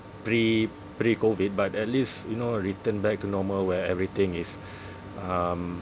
pre pre-COVID but at least you know return back to normal where everything is um